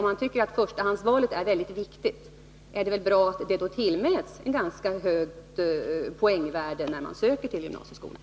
Om man tycker att förstahandsvalet är väldigt viktigt, är det väl bra att det tillmäts ett ganska högt poängvärde när någon söker till gymnasieskolan!